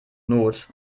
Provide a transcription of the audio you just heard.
not